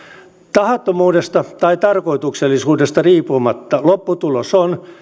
tahattomuudesta tai tarkoituksellisuudesta riippumatta lopputulos on